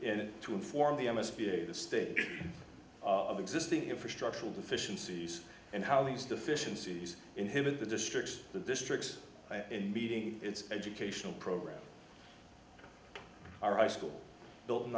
it to inform the m s b a the state of existing infrastructural deficiencies and how these deficiencies inhibit the districts the districts in meeting its educational program are high school built in